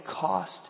cost